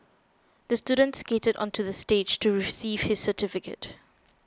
the student skated onto the stage to receive his certificate